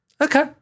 Okay